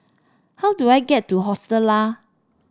how do I get to Hostel Lah